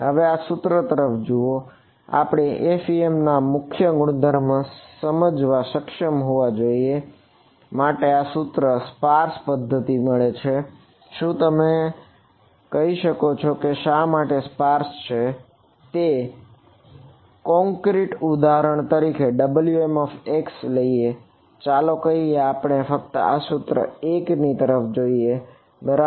હવે આ સૂત્ર તરફ જુઓ આપણે એફઇએમ ઉદાહરણ તરીકે Wmx લઈએ ચાલો કહીએ કે આપણે ફક્ત આ સૂત્ર 1 ની તરફ જોઈએ બરાબર